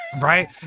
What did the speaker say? Right